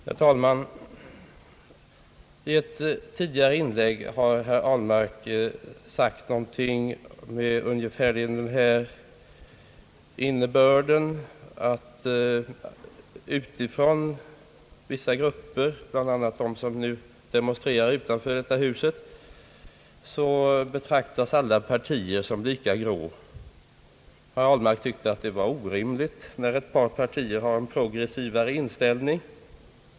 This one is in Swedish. Herr talman! I ett tidigare inlägg har herr Ahlmark sagt ungefär följande: Utifrån vissa grupper, bl.a. dem som demonstrerar utanför detta hus, betraktas alla partier som lika grå. Herr Ahl mark tyckte att det var orimligt när några partier har en progressivare inställning.